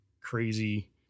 crazy